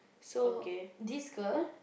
so this girl